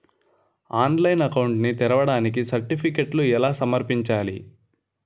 ఆన్లైన్లో అకౌంట్ ని తెరవడానికి సర్టిఫికెట్లను ఎలా సమర్పించాలి?